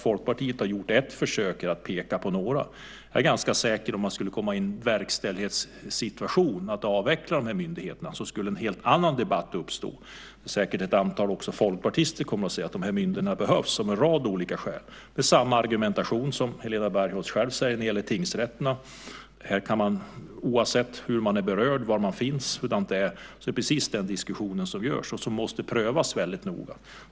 Folkpartiet har gjort ett försök att peka på några. Om vi skulle komma i en verkställighetssituation för att avveckla dessa myndigheter är jag ganska säker på att en helt annan debatt skulle uppstå. Då skulle säkert också ett antal folkpartister komma och säga att myndigheterna, av en rad olika skäl, behövs. Det är samma argumentation som Helena Bargholtz har beträffande tingsrätterna. Oavsett hur man är berörd, var man finns, hurdant det är, så är det precis den diskussionen som förs, och då måste frågan prövas väldigt noga.